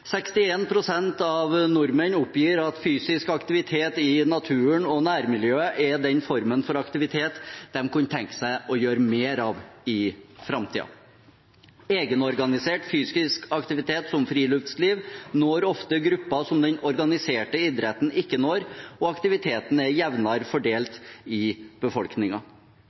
61 pst. av nordmenn oppgir at fysisk aktivitet i naturen og nærmiljøet er den formen for aktivitet de kan tenke seg mer av i framtiden. Egenorganisert fysisk aktivitet som friluftsliv når ofte grupper som den organiserte idretten ikke når, og aktiviteten er jevnere fordelt i